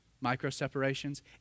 micro-separations